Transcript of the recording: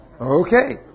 Okay